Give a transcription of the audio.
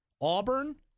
Auburn